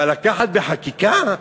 אבל לקחת בחקיקה?